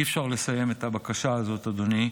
אי-אפשר לסיים את הבקשה הזאת, אדוני,